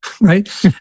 right